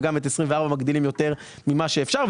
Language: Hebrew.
וגם את 24' מגדילים יותר ממה שאפשר,